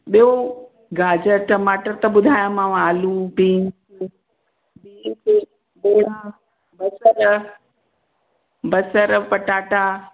ॿियो गाजर टमाटर त ॿुधायामांव आलू बीन्स बीन्स मेहा बसर बसर पटाटा